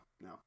no